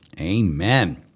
amen